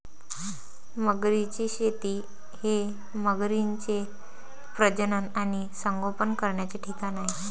मगरींची शेती हे मगरींचे प्रजनन आणि संगोपन करण्याचे ठिकाण आहे